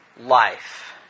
life